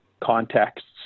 contexts